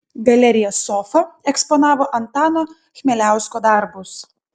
galerija sofa eksponavo antano chmieliausko darbus